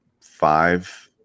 five